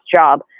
job